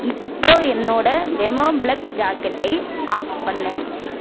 இப்போ என்னோட Wemo plug ஜாக்கெட்டை ஆஃப் பண்ணு